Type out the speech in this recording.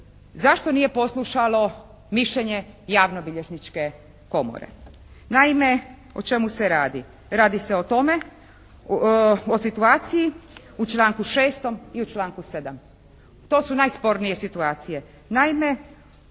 zašto nije poslušalo mišljenje Javnobilježničke komore. Naime, o čemu se radi? Radi se o tome, o situaciji u članku 6. i u članku 7. To su najspornije situacije. Naime,